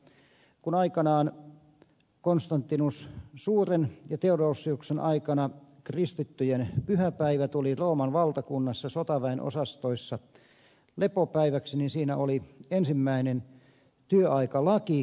mutta kun aikanaan konstantinus suuren ja theodosiuksen aikana kristittyjen pyhäpäivä tuli rooman valtakunnassa sotaväen osastoissa lepopäiväksi siinä oli ensimmäinen työaikalaki maailmanlaajuisesti